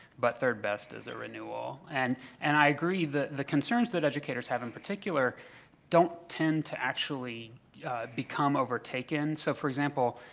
but third best is a renewal. and and i agree that the concerns that educators have in particular don't tend to actually yeah become overtaken. so for example,